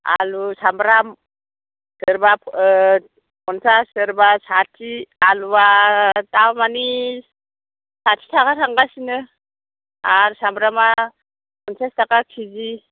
आलु सामब्राम सोरबा पन्सास सोरबा साथि आलुआ दामानि साथि थाखा थांगासिनो आरो सामब्रामा पन्सास थाखा के जि